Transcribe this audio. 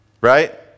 right